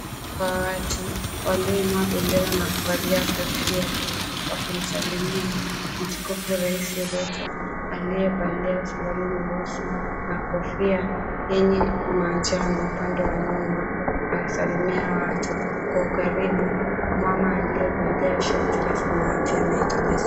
Umati wa watu walioinua bendera na kuvalia kofia, wakimsalimia mtukufu rais Ruto aliyevalia suruali nyeusi na kofia yenye manjano upande wa nyuma. Anawasalimia watu kwa karibu, mama aliyevalia shati la samawati anayetabasamu.